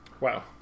Wow